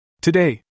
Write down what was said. Today